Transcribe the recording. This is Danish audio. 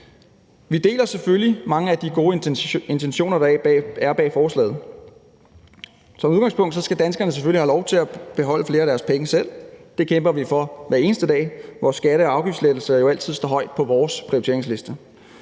Vi deler selvfølgelig mange af de gode intentioner, der er bag forslaget. Som udgangspunkt skal danskerne selvfølgelig have lov til at beholde flere af deres penge selv. Det kæmper vi for hver eneste dag, hvor skatte- og afgiftslettelser jo altid står højt på vores prioriteringsliste.